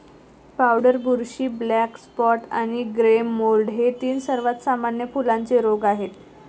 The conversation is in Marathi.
पावडर बुरशी, ब्लॅक स्पॉट आणि ग्रे मोल्ड हे तीन सर्वात सामान्य फुलांचे रोग आहेत